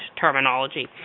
terminology